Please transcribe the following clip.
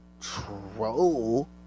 troll